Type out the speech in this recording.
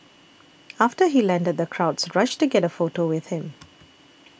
after he landed the crowds rushed to get a photo with him